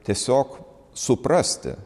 tiesiog suprasti